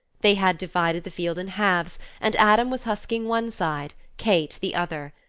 they had divided the field in halves and adam was husking one side, kate the other.